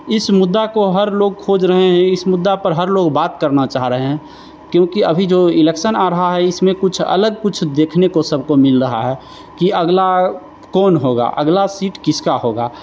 इस मुद्दा को हर लोग खोज रहे हैं इस मुद्दा पर हर लोग बात करना चाह रहे हैं क्योंकि अभी जो इलेक्सन आ रहा है इसमें कुछ अलग कुछ देखने को सबको मिल रहा है कि अगला कौन होगा अगला सीट किसका होगा